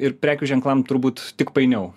ir prekių ženklam turbūt tik painiau